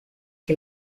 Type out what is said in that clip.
que